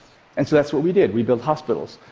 and so that's what we did. we built hospitals.